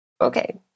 Okay